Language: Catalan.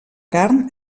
carn